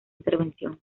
intervención